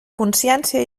consciència